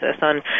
on